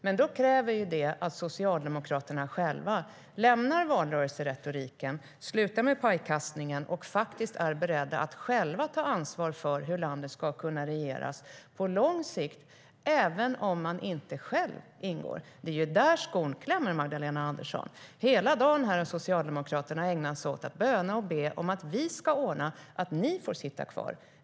Men då kräver det att Socialdemokraterna lämnar valrörelseretoriken, slutar med pajkastningen och är beredda att ta ansvar för hur landet ska kunna regeras på lång sikt även om de inte själva ingår. Det är där skon klämmer, Magdalena Andersson.Hela dagen har Socialdemokraterna ägnat sig åt att böna och be om att vi ska ordna så att de får sitta kvar.